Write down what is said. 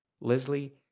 Leslie